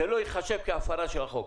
זה לא ייחשב להפרה של החוק.